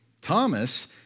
Thomas